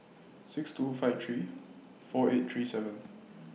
six two five three four eight three seven